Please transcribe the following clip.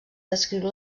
descriu